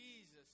Jesus